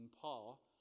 Paul